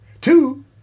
Two